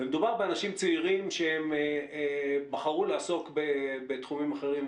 מדובר באנשים צעירים שבחרו לעסוק בתחומים אחרים,